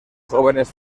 jóvenes